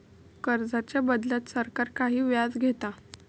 कर्जाच्या बदल्यात सरकार काही व्याज घेता